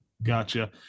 Gotcha